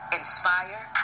inspire